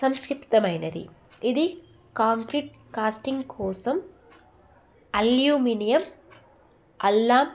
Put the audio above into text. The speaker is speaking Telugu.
సంక్షిప్తమైనది ఇది కాంక్రీట్ కాస్టింగ్ కోసం అల్యూమినియం ఆలం